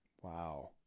Wow